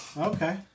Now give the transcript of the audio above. Okay